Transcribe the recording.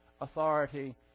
authority